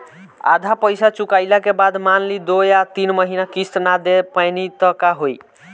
आधा पईसा चुकइला के बाद मान ली दो या तीन महिना किश्त ना दे पैनी त का होई?